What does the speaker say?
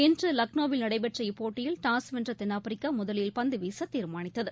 இன்று லக்னோவில் நடைபெற்ற இப்போட்டியில் டாஸ் வென்ற தென்னாப்பிரிக்கா முதலில் பந்து வீச தீர்மானித்தது